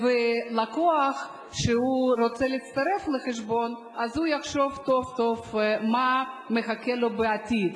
והלקוח שרוצה להצטרף לחשבון יחשוב טוב טוב מה מחכה לו בעתיד,